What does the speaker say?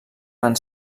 van